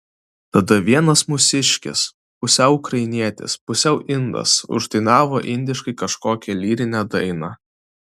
tada vienas mūsiškis pusiau ukrainietis pusiau indas uždainavo indiškai kažkokią lyrinę dainą